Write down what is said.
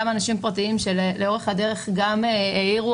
גם אנשים פרטיים שלאורך הדרך גם העירו